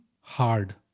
hard